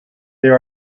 there